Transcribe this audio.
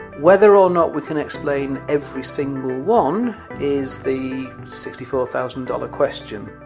whether or not we can explain every single one is the sixty four thousand dollars question